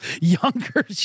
younger